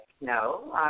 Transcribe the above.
no